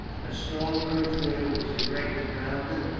a strong earthwork was erected round it,